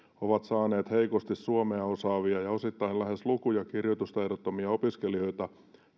ovat saaneet heikosti suomea osaavia ja osittain lähes luku ja kirjoitustaidottomia opiskelijoita